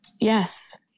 yes